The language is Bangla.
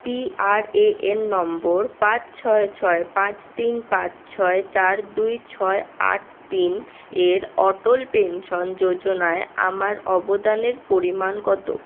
পিআরএএন নম্বর পাঁচ ছয় ছয় পাঁচ তিন পাঁচ ছয় চার দুই ছয় আট তিনের অটল পেনশন যোজনায় আমার অবদানের পরিমাণ কত